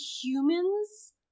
humans